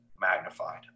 magnified